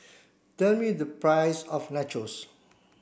tell me the price of Nachos